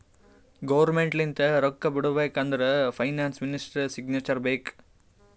government ಲಿಂತ ರೊಕ್ಕಾ ಬಿಡ್ಬೇಕ ಅಂದುರ್ ಫೈನಾನ್ಸ್ ಮಿನಿಸ್ಟರ್ದು ಸಿಗ್ನೇಚರ್ ಬೇಕ್